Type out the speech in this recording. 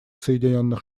соединенных